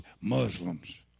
Muslims